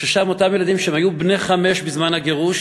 שם אותם ילדים שהיו בני חמש בזמן הגירוש